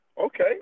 Okay